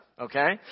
okay